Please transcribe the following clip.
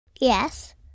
Yes